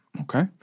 Okay